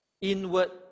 inward